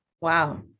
Wow